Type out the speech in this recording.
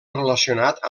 relacionat